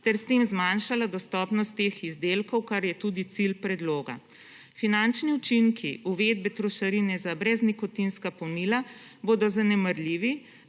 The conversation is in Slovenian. ter s tem zmanjšala dostopnost teh izdelkov kar je tudi cilj predloga. Finančni učinki uvedbe trošarine za breznikotinska povnila bodo 132.